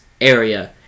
area